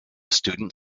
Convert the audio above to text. student